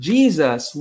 Jesus